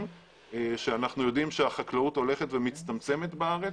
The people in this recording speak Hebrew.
כשאנחנו יודעים שהחקלאות הולכת ומצטמצמת בארץ,